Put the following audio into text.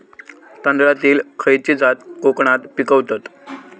तांदलतली खयची जात कोकणात पिकवतत?